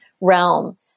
realm